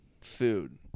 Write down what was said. food